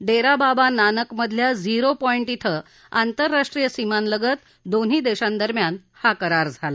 डेरा बाबा नानक मधल्या झिरो पॉई इथं इथं आंतरराष्ट्रीय सीमांलगत दोन्ही देशांदरम्यान हा करार झाला